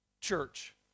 church